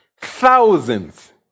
thousands